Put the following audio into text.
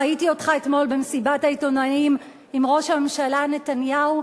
ראיתי אותך אתמול במסיבת העיתונאים עם ראש הממשלה נתניהו.